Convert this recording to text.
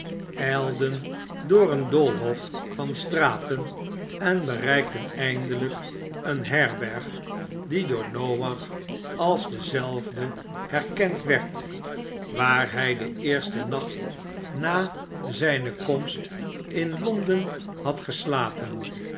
ijlden door een doolhof van straten en bereikten eindelijk een herberg die door noach als dezelfde herkend werd waar hij den eersten nacht na zijne komst in londen had geslapen